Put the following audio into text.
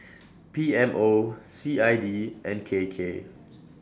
P M O C I D and K K